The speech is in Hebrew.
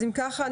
אם כך,